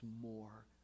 more